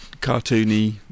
cartoony